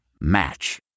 Match